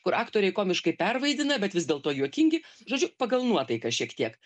kur aktoriai komiškai pervaidina bet vis dėlto juokingi žodžiu pagal nuotaiką šiek tiek